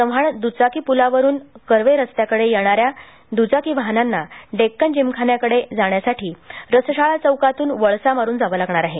चव्हाण चौकातील दुचाकी पुलावरून कर्वे रस्त्याकडे येणार्या दुचाकी वाहनांना डेक्कन जिमखान्याकडे जाण्यासाठी रसशाळा चौकातून वळसा मारून जावं लागणार आहे